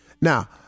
Now